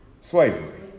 Slavery